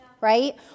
right